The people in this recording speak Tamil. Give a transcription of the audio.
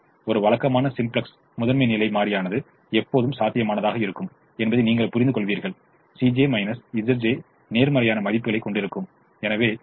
ஒரு வழக்கமான சிம்ப்ளெக்ஸில் முதன்மை நிலை மாறியானது எப்போதும் சாத்தியமானதாக இருக்கும் என்பதை நீங்கள் புரிந்துகொள்வீர்கள் Cj Zj's நேர்மறையான மதிப்புகளைக் கொண்டிருக்கும்